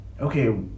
okay